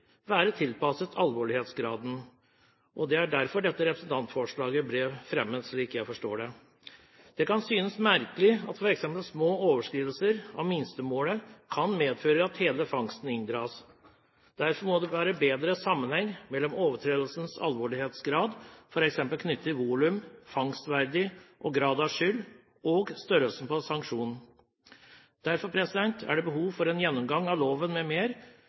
være tilpasset alvorlighetsgraden. Det er derfor dette representantforslaget ble fremmet, slik jeg forstår det. Det kan synes merkelig at f.eks. små overskridelser av minstemålet kan medføre at hele fangsten inndras. Derfor må det bli bedre sammenheng mellom overtredelsens alvorlighetsgrad, f.eks. knyttet til volum, fangstverdi og grad av skyld, og størrelsen på sanksjonen. Derfor er det behov for en gjennomgang av loven